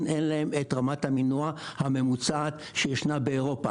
אין להם את רמת המינוע הממוצעת שישנה באירופה.